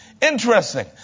Interesting